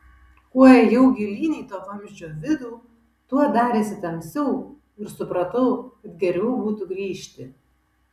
kuo ėjau gilyn į to vamzdžio vidų tuo darėsi tamsiau ir supratau kad geriau būtų grįžti